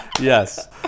yes